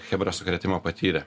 chebra sukrėtimą patyrė